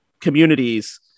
communities